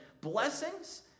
blessings